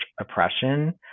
oppression